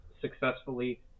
successfully